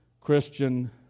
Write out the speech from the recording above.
Christian